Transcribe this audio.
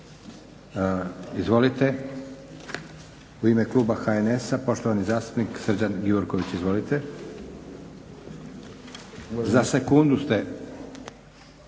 Hvala